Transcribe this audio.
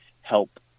help